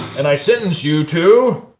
and i sentence you to,